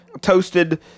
Toasted